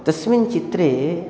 तस्मिन् चित्रे